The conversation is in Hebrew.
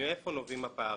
מאיפה נובעים הפערים?